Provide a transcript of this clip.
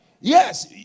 Yes